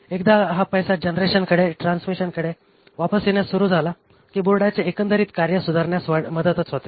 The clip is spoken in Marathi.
एकदा हा पैसा जनरेशनकडे ट्रान्समिशनकडे वापस येण्यास चालू झाला की बोर्डाचे एकंदरीत कार्य सुधारण्यास मदतच होते